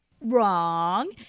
Wrong